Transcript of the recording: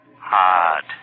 hard